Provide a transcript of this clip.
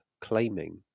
claiming